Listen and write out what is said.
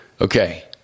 Okay